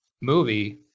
movie